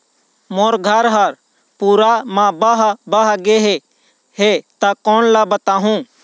मोर घर हा पूरा मा बह बह गे हे हे ता कोन ला बताहुं?